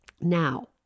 Now